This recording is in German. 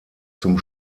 zum